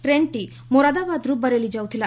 ଟ୍ରେନ୍ଟି ମୋରାଦାବାଦ୍ରୁ ବରେଲି ଯାଉଥିଲା